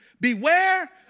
Beware